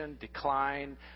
decline